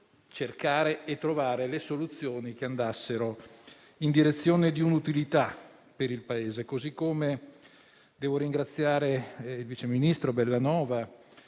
cercare e trovare soluzioni che andassero nella direzione di un'utilità per il Paese. Devo altresì ringraziare il vice ministro Bellanova